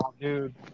dude